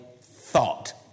thought